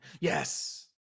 yes